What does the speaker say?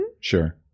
Sure